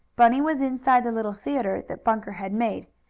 bunny was inside the little theatre that bunker had made.